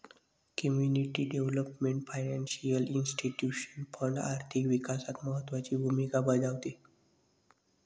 community development financial institution fund आर्थिक विकासात महत्त्वाची भूमिका बजावते